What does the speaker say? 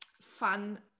fun